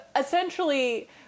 essentially